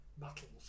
battles